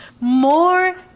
more